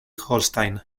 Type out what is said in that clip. holstein